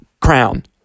crown